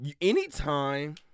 anytime